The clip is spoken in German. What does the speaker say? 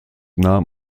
nahm